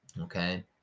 okay